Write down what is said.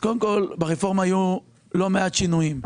ברפורמה היו לא מעט שינויים.